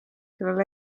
kellel